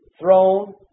throne